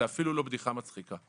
זו אפילו לא בדיחה מצחיקה.